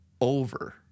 over